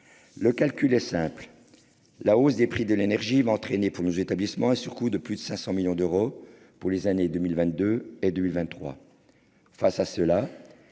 Le calcul est simple : la hausse des prix de l'énergie va entraîner pour nos établissements un surcoût de plus de 500 millions d'euros pour les années 2022 et 2023. Pour y parer,